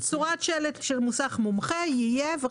"צורת שלט של מוסך מומחה יהיה".